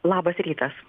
labas rytas